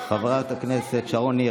חברת הכנסת שרון ניר,